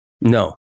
No